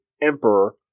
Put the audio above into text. emperor